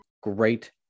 great